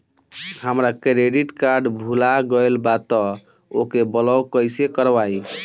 हमार credit card भुला गएल बा त ओके ब्लॉक कइसे करवाई?